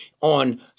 on